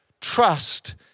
trust